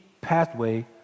pathway